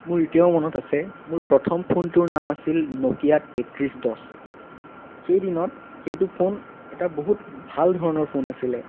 মোৰ এতিয়াও মনত আছে মোৰ প্ৰথম ফোনটোৰ নাম আছিল নকিয়া তেত্ৰিছ দহ সেই দিনত সেইটো ফোন এটা বহুত ভাল ধৰণৰ ফোন আছিলে